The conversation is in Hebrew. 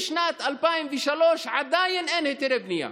משנת 2003 עדיין אין היתרי בנייה.